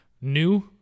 new